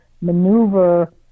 maneuver